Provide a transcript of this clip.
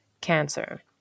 cancer